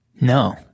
No